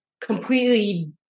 completely